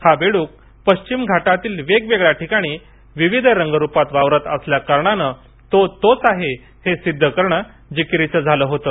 हा बेडूक पश्चिम घाटातील वेगवेगळ्या ठिकाणी विविध रंगरूपात वावरत असल्याकारणानं तो तोच आहे हे सिद्ध करणं जिकीरीचं झालं होतं